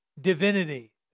divinity